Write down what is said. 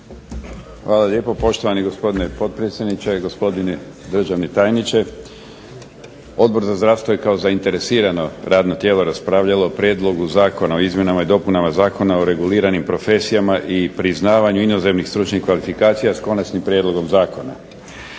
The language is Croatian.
Hvala lijepo poštovani gospodine potpredsjedniče, gospodine državni tajniče. Odbor za zdravstvo je kao zainteresirano radno tijelo raspravljalo o Prijedlogu Zakona o izmjenama i dopunama Zakona o reguliranim profesijama i priznavanju inozemnih stručnih kvalifikacija s konačnim prijedlogom zakona.